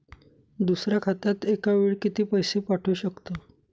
दुसऱ्या खात्यात एका वेळी किती पैसे पाठवू शकतो?